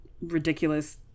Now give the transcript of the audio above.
ridiculous